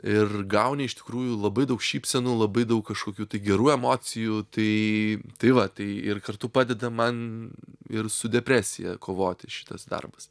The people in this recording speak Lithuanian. ir gauni iš tikrųjų labai daug šypsenų labai daug kažkokių tai gerų emocijų tai tai va tai ir kartu padeda man ir su depresija kovoti šitas darbas